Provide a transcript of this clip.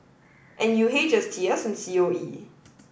NUH STS and COE